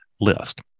list